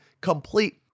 complete